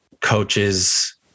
coaches